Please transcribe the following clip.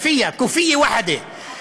כאפיה, "כופיה ואחדה"